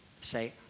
Say